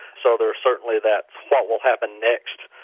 so there's certainly that what will happen next?